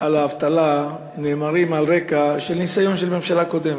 על האבטלה נאמרים על רקע של ניסיון של ממשלה קודמת.